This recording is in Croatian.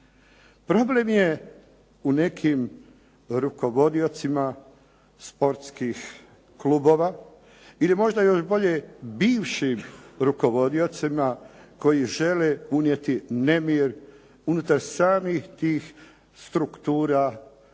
Problem je u nekim rukovodiocima sportskih klubova ili možda još bolje, bivšim rukovodiocima koji žele unijeti nemir, unutar samih tih struktura